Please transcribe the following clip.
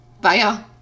Bye